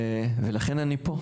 ולכן אני פה.